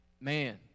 Man